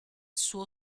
suo